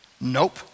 Nope